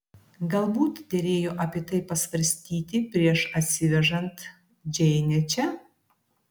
galbūt derėjo apie tai pasvarstyti prieš atsivežant džeinę čia